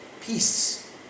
Peace